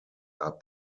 are